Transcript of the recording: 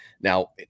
Now